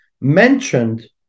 mentioned